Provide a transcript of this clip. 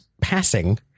passing